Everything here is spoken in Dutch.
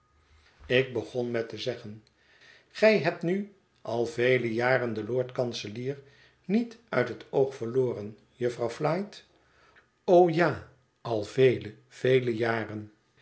ik begon met te zeggen gij hebt nu al vele jaren den lord-kanselier niet uit het oog verloren jufvrouw flite o ja al vele vele jaren